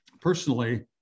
personally